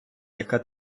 яка